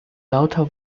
lauter